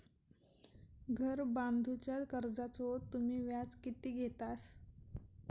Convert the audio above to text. घर बांधूच्या कर्जाचो तुम्ही व्याज किती घेतास?